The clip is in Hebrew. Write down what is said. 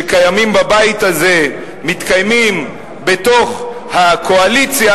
שקיימים בבית הזה מתקיימים בתוך הקואליציה,